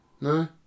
No